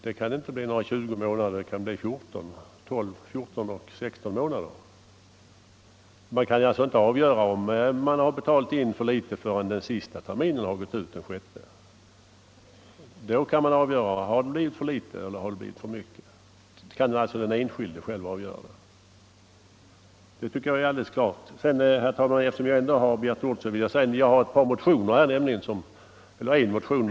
Det kan inte bli några 20 månader — det kan bli 14 eller 16 månaders kredit. Den enskilde kan nämligen inte själv avgöra om han betalat in för mycket eller för litet förrän den sista terminen, den sjätte, har gått ut. Det tycker jag är alldeles klart. Herr talman! Eftersom jag ändå har ordet vill jag säga några ord också om en motion som jag har väckt i detta ärende.